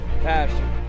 Passion